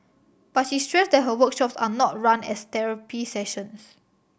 but she stressed that her workshops are not run as therapy sessions